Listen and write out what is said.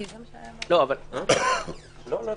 לא, לא צריך.